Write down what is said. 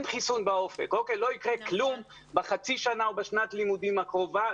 לא יקרה כלום בחצי שנה או בשנת הלימודים הקרובה.